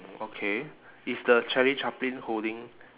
okay is the charlie chaplin holding